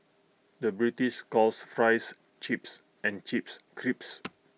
the British calls Fries Chips and Chips Crisps